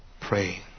pray